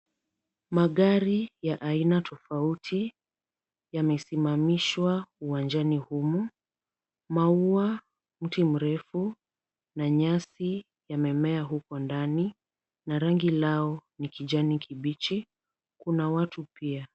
Magari ya aina tofauti yamesimamishwa uwanjani humu, maua, mti mrefu na nyasi yamemea huko ndani na rangi yao ni kijani kibichi, kuna watu pia.